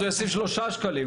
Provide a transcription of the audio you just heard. אז הוא ישים שלושה שקלים,